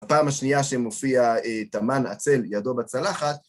הפעם השנייה שמופיע טמן עצל, ידו בצלחת,